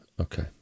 okay